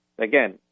again